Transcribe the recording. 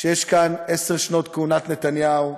שיש כאן: עשר שנות כהונת נתניהו,